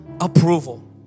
approval